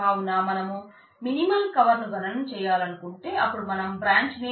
కావున మనం minimal cover ను గణన చేయాలనుకుంటే అపుడు మనం బ్రాంచ్ నేమ్